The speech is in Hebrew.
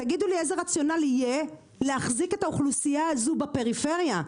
תגידו לי איזה רציונל יהיה להחזיק את האוכלוסייה הזאת בפריפריה.